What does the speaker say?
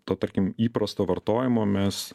to tarkim įprasto vartojimo mes